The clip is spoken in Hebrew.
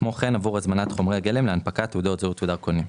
כמו כן עבור הזמנת חומרי גלם להנפקת תעודות זהות ודרכונים.